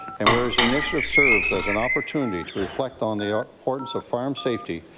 and whereas the initiative serves as an opportunity to reflect on the ah importance of farm safety,